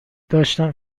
داشتم